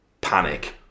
panic